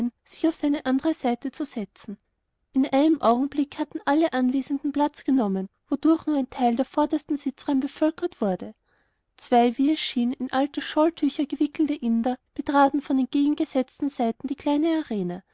sich an seine andere seite zu setzen in einem augenblick hatten alle anwesenden platz genommen wodurch nur ein teil der vordersten sitzreihen bevölkert wurde zwei wie es schien in alte shawltücher gewickelte inder betraten von entgegengesetzten seiten die kleine